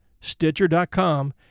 Stitcher.com